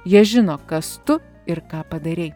jie žino kas tu ir ką padarei